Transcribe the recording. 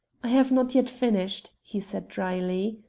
i have not yet finished, he said drily.